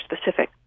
specific